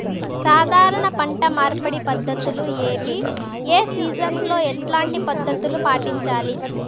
సాధారణ పంట మార్పిడి పద్ధతులు ఏవి? ఏ సీజన్ లో ఎట్లాంటి పద్ధతులు పాటించాలి?